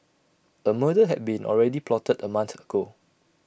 A murder had been already plotted A month ago